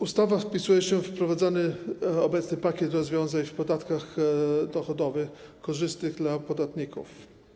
Ustawa wpisuje się we prowadzony obecnie pakiet rozwiązań w podatkach dochodowych korzystny dla podatników.